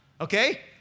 okay